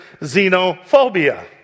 xenophobia